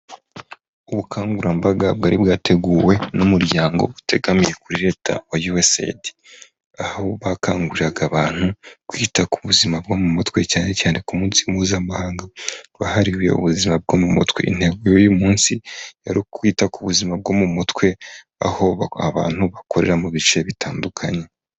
Ubukangurambaga bwari bwateguwe n'umuryango utegamiye kuri leta wa Yuwesayidi. Aho bakanguriraga abantu kwita ku buzima bwo mu mutwe cyane cyane ku munsi mpuzamahanga wahariwe ubuzima bwo mu mutwe. Intego y'uyu munsi yari ukwita ku buzima bwo mu mutwe, aho abantu bakorera mu bice bitandukanye.